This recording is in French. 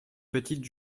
petite